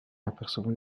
apercevant